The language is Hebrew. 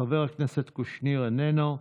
חבר הכנסת קושניר, איננו.